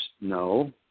No